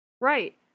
Right